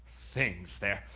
things their,